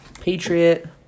patriot